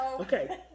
okay